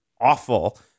awful